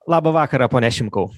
labą vakarą pone šimkau